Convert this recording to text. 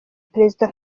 perezida